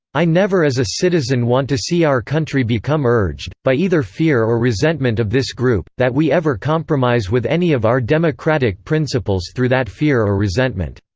i never as a citizen want to see our country become urged, by either fear or resentment of this group, that we ever compromise with any of our democratic principles through that fear or resentment.